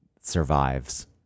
survives